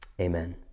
Amen